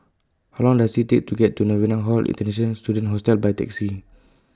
How Long Does IT Take to get to Novena Hall International Students Hostel By Taxi